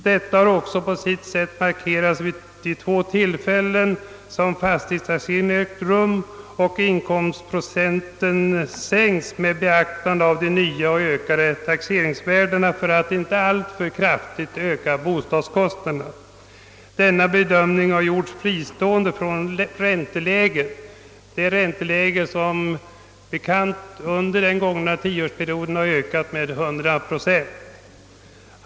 Detta har också på sitt sätt markerats vid de två tillfällen under denna period som fastighetstaxering ägt rum, varvid inkomstprocenten sänkts för att bostadskostnaderna inte skulle öka alltför kraftigt på grund av höjningen av taxeringsvärdena. Denna bedömning har gjorts oberoende av att räntan under den gångna tioårsperioden som bekant har höjts med 100 procent.